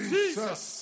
Jesus